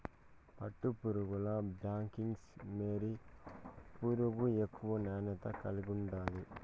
పట్టుపురుగుల్ల Bombyx mori పురుగు ఎక్కువ నాణ్యత కలిగుండాది